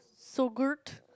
so good